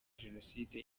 jenoside